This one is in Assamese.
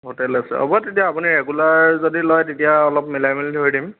হোটেল আছে হ'ব তেতিয়া আপুনি ৰেগুলাৰ যদি লয় তেতিয়া অলপ মিলাই মেলি ধৰি দিম